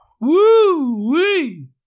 Woo-wee